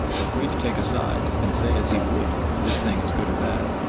but free to take a side and say as he would, this thing is good or bad.